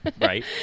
right